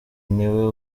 niwe